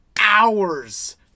hours